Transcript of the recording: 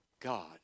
God